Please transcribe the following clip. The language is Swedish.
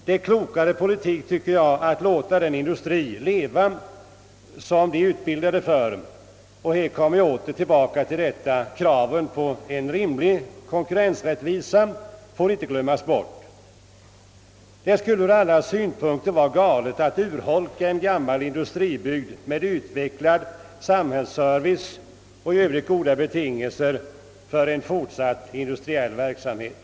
Det är klokare politik att låta den industri leva som de är utbildade för. Här återkommer jag till att kraven på en rimlig konkurrensrättvisa inte får glömmas. Det skulle ur alla synpunkter vara galet att urholka en gammal industribygd med utvecklad samhällsservice och i övrigt goda betingelser för en fortsatt industriell verksamhet.